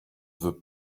veux